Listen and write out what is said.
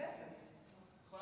חסרה